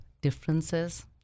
differences